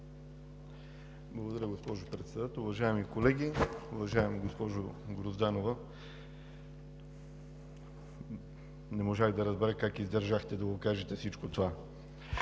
Благодаря, госпожо Председател. Уважаеми колеги! Уважаема госпожо Грозданова, не можах да разбера как издържахте да кажете всичко това,